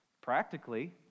practically